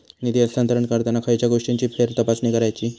निधी हस्तांतरण करताना खयच्या गोष्टींची फेरतपासणी करायची?